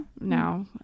No